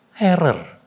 error